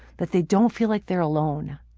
that they don't feel like they're alone.